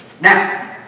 Now